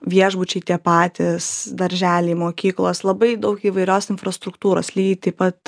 viešbučiai tie patys darželiai mokyklos labai daug įvairios infrastruktūros lygiai taip pat